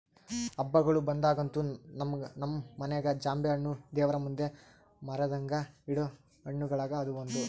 ಹಬ್ಬಗಳು ಬಂದಾಗಂತೂ ನಮ್ಮ ಮನೆಗ ಜಾಂಬೆಣ್ಣು ದೇವರಮುಂದೆ ಮರೆದಂಗ ಇಡೊ ಹಣ್ಣುಗಳುಗ ಅದು ಒಂದು